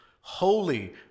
holy